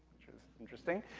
which was interesting.